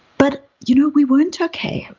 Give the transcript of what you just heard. but you know we weren't okay. and